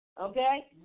Okay